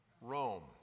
Rome